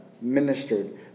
ministered